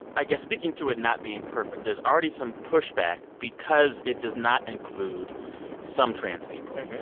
i guess speaking to it not being perfect, there's already some pushback because it does not include some trans people.